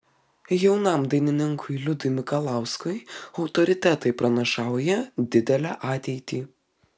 jaunam dainininkui liudui mikalauskui autoritetai pranašauja didelę ateitį